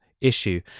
issue